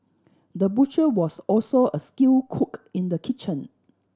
the butcher was also a skilled cook in the kitchen